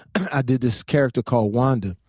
i did this character called wanda.